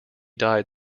died